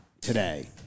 today